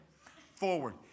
forward